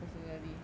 personally